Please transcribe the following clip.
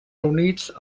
reunits